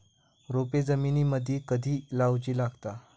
रोपे जमिनीमदि कधी लाऊची लागता?